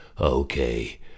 Okay